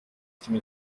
kimwe